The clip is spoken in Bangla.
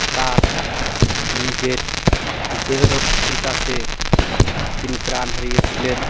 তার নিজের দেহরক্ষীর কাছে তিনি প্রাণ হারিয়েছিলেন